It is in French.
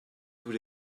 tous